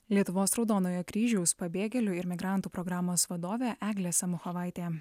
lietuvos raudonojo kryžiaus pabėgėlių ir migrantų programos vadovė eglė samuchovaitė